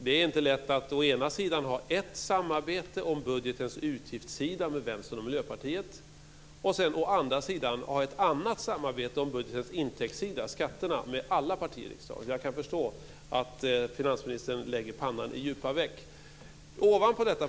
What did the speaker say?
Det är inte lätt att å ena sidan ha ett samarbete om budgetens utgiftssida med Vänstern och Miljöpartiet, å andra sidan ett annat samarbete om budgetens intäktssida - Jag kan förstå att finansministern lägger pannan i djupa veck.